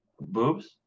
Boobs